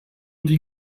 die